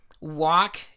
walk